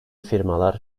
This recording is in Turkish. firmalar